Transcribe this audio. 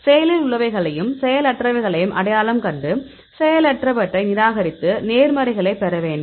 செயலில் உள்ளவைகளையும் செயலற்றவைகளையும் அடையாளம் கண்டு செயலற்றவற்றை நிராகரித்து நேர்மறைகளைப் பெற வேண்டும்